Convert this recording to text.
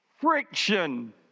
Friction